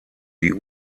die